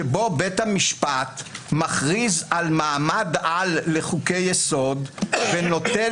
שבו בית המשפט מכריז על מעמד-על לחוקי-יסוד ונוטל